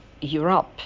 Europe